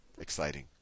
Exciting